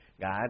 God